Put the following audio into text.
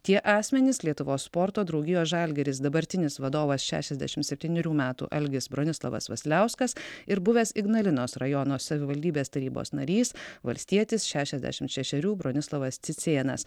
tie asmenys lietuvos sporto draugijos žalgiris dabartinis vadovas šešiasdešimt septynerių metų algis bronislavas vasiliauskas ir buvęs ignalinos rajono savivaldybės tarybos narys valstietis šešiasdešimt šešerių bronislovas cicėnas